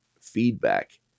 feedback